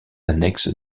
annexe